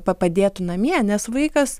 pa padėtų namie nes vaikas